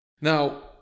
now